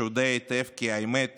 שיודע היטב כי האמת